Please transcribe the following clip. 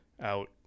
out